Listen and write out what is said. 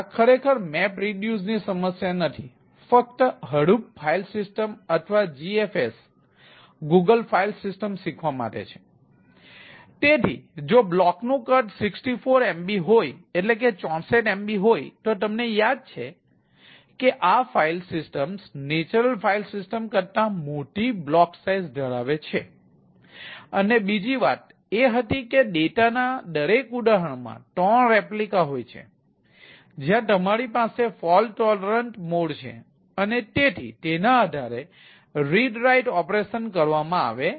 આ ખરેખર મેપરિડ્યુસ કરવામાં આવે છે